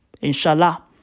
inshallah